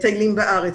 מטיילים בארץ,